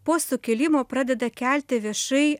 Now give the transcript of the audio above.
po sukilimo pradeda kelti viešai